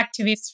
Activists